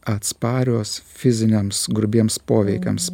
atsparios fiziniams grubiems poveikiams